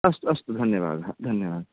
अस्तु अस्तु धन्यवादः धन्यवादः